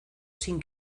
sin